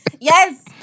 Yes